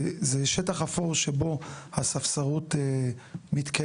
זה שטח אפור שבו הספסרות מתקיימת,